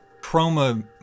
Chroma